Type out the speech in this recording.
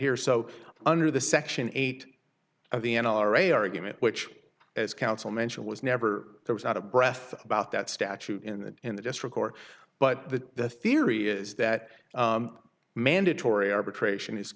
here so under the section eight of the n r a argument which as counsel mentioned was never there was out of breath about that statute in the in the district court but the the theory is that mandatory arbitration is